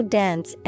dense